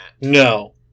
No